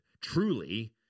truly –